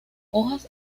hojas